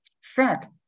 fact